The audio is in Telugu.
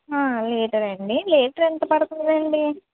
లీటర్ అండి లీటర్ ఎంతపడుతుందండి